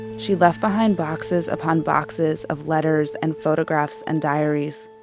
she'd left behind boxes upon boxes of letters and photographs and diaries.